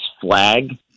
flag